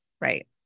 right